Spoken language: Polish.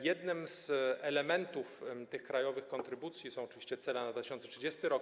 Jednym z elementów krajowych kontrybucji są oczywiście cele na 2030 r.